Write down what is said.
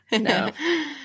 No